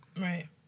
Right